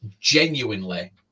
genuinely